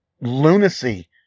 lunacy